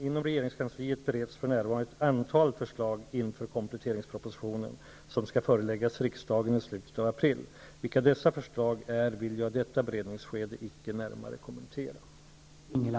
Inom regeringskansliet bereds för närvarande ett antal förslag inför kompletteringspropositionen som skall föreläggas riksdagen i slutet av april. Vilka dessa förslag är vill jag i detta beredningsskede inte närmare kommentera.